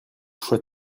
choix